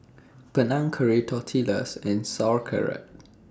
Panang Curry Tortillas and Sauerkraut